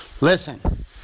listen